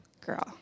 girl